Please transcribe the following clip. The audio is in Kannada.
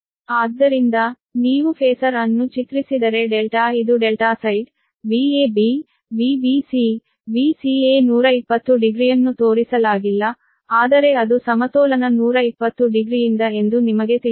ಆದ್ದರಿಂದ ನೀವು ಫೇಸರ್ ಅನ್ನು ಚಿತ್ರಿಸಿದರೆ ಡೆಲ್ಟಾ ಇದು delta side Vab Vbc Vca 120 ಡಿಗ್ರಿಯನ್ನು ತೋರಿಸಲಾಗಿಲ್ಲ ಆದರೆ ಅದು ಸಮತೋಲನ 120 ಡಿಗ್ರಿಯಿಂದ ಎಂದು ನಿಮಗೆ ತಿಳಿದಿದೆ